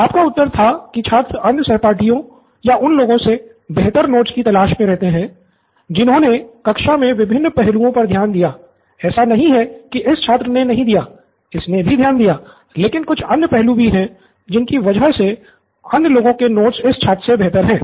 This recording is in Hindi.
आपका उत्तर था कि छात्र अन्य सहपाठियों या उन लोगों से बेहतर नोट्स की तलाश में रहते है जिन्होंने कक्षा मे विभिन्न पहलुओं पर ध्यान दिया है ऐसा नहीं है कि इस छात्र ने नहीं दिया इसने भी ध्यान दिया है लेकिन कुछ अन्य पहलू भी हैं जिनकी वजह से अन्य लोगों के नोट्स इस छात्र से बेहतर हैं